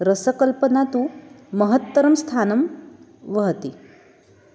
रसकल्पना तु महत्तरं स्थानं वहति